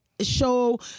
show